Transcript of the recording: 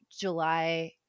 July